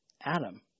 Adam